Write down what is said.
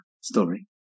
story